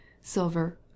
silver